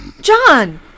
John